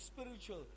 spiritual